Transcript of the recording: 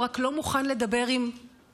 הוא רק לא מוכן לדבר עם נשים.